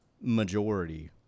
majority